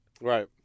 Right